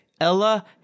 ella